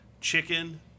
Chicken